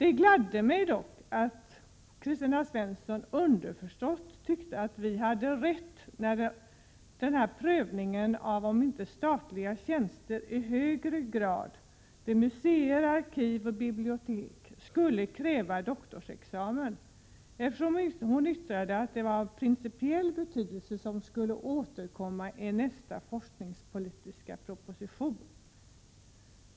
Det gladde mig dock att Kristina Svensson underförstått tyckte att vi hade rätt i att det för statliga tjänster vid museer, arkiv och bibliotek i högre grad skulle krävas doktorsexamen. Hon sade nämligen att detta var av principiell betydelse och att frågan skulle återkomma i nästa forskningspolitiska proposition.